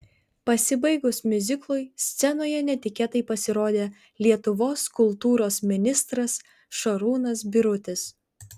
pasibaigus miuziklui scenoje netikėtai pasirodė lietuvos kultūros ministras šarūnas birutis